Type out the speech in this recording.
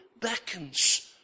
beckons